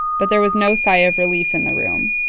but there was no sigh of relief in the room.